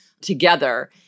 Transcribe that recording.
together